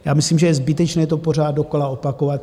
Já myslím, že je zbytečné to pořád dokola opakovat.